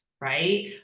right